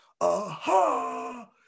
aha